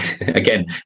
again